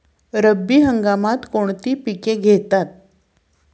रब्बी हंगामात कोणती पिके घेतात?